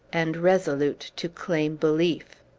and resolute to claim belief.